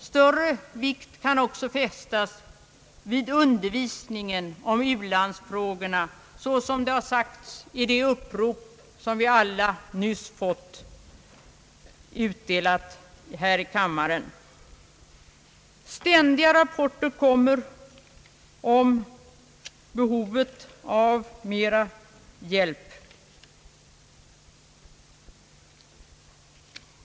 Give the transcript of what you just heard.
Större vikt kan också fästas vid undervisningen om u-landsfrågorna vilket framhållits i det upprop, som vi alla nyss fått här i kammaren.